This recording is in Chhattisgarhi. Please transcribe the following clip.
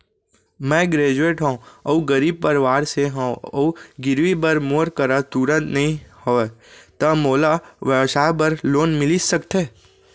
मैं ग्रेजुएट हव अऊ गरीब परवार से हव अऊ गिरवी बर मोर करा तुरंत नहीं हवय त मोला व्यवसाय बर लोन मिलिस सकथे?